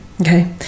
Okay